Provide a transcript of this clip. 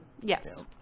Yes